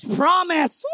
promise